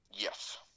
Yes